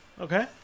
Okay